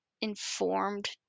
informed